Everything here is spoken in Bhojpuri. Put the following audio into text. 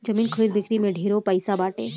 जमीन खरीद बिक्री में ढेरे पैसा बाटे